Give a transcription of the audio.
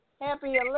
happy